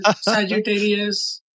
Sagittarius